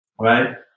right